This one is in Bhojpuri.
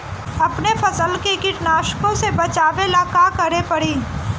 अपने फसल के कीटनाशको से बचावेला का करे परी?